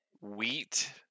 wheat